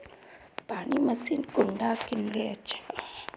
पानी मशीन कुंडा किनले अच्छा?